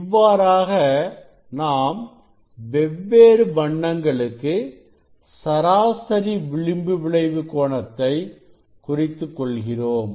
இவ்வாறாக நாம் வெவ்வேறு வண்ணங்களுக்கு சராசரி விளிம்பு விளைவு கோணத்தை குறித்துக் கொள்கிறோம்